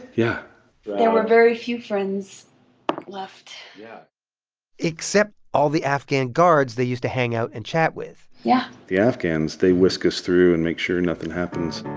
yeah there were very few friends left yeah except all the afghan guards they used to hang out and chat with yeah the afghans, they whisk us through and make sure and nothing happens